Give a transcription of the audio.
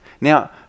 Now